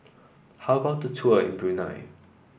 how about the tour in Brunei